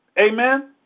Amen